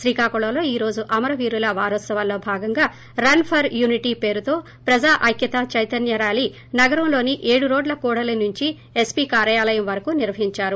శ్రీకాకుళంలో ఈ రోజు అమరవీరుల వారోత్సవాల్లో భాగంగా రన్ ఫర్ యూనిటీ పేరుతో ప్రజా ఐక్యతా చైతన్య ర్యాలీ నగరంలోని ఏడు రోడ్ల కూడలి నుండే ఎస్పీ కార్యాలయం వరకు నిర్వహించారు